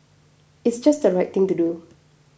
it's just the right thing to do